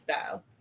style